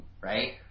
right